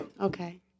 Okay